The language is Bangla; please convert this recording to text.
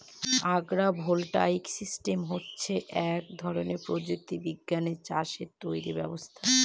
আগ্র ভোল্টাইক সিস্টেম হচ্ছে এক ধরনের প্রযুক্তি বিজ্ঞানে তৈরী চাষের ব্যবস্থা